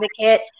advocate